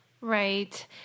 Right